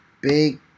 big